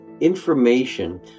information